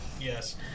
Yes